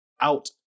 out